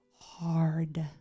hard